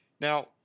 Now